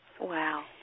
wow